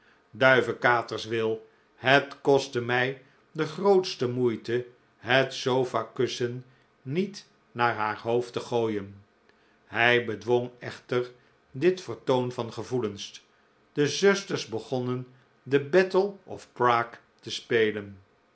duivekaters will het kostte mij de grootste moeite het sofakussen niet naar haar hoofd te gooien hij bedwong echter dit vertoon van gevoelens de zusters begonnen de battle of prague te spelen